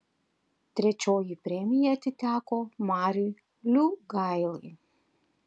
trečioji premija atiteko mariui liugailai